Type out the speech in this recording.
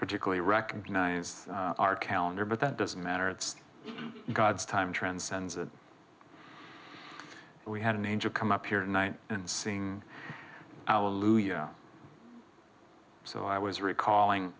particularly recognise our calendar but that doesn't matter it's god's time transcends that we had an angel come up here tonight and seeing our louis so i was recalling